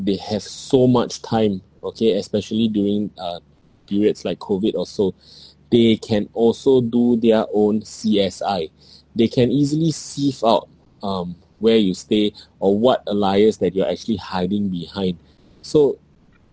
they have so much time okay especially during uh periods like COVID or so they can also do their own C_S_I they can easily sieve out um where you stay or what alias that you are actually hiding behind so